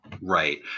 Right